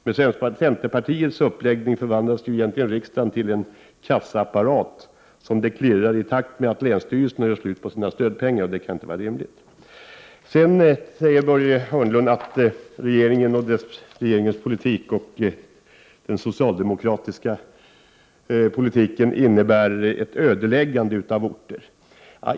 Med centerpartiets uppläggning förvandlas riksdagen till en kassaapparat, som klirrar i takt med att länsstyrelserna gör slut på sina stödpengar. Det kan inte vara rimligt. Börje Hörnlund säger att den socialdemokratiska politiken innebär ett ödeläggande av orter.